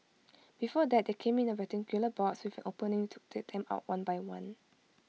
before that they came in A rectangular box with an opening to take them out one by one